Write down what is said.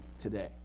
today